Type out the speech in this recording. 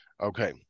Okay